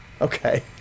Okay